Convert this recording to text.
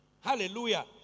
hallelujah